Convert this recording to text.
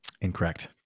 incorrect